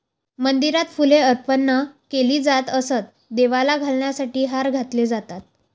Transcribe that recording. मंदिरात फुले अर्पण केली जात असत, देवाला घालण्यासाठी हार घातले जातात